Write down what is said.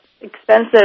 expensive